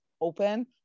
open